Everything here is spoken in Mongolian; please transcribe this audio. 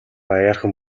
аяархан